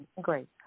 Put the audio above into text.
great